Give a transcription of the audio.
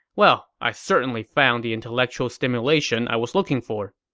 well, i certainly found the intellectual stimulation i was looking for.